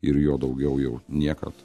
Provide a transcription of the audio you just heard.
ir jo daugiau jau niekad